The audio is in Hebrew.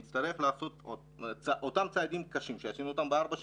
נצטרך לעשות אותם צעדים קשים שעשינו אותם בארבע שנים.